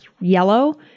yellow